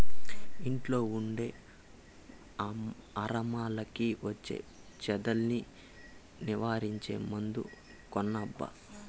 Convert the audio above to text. ఇంట్లో ఉండే అరమరలకి వచ్చే చెదల్ని నివారించే మందు కొనబ్బా